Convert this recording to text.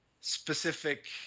specific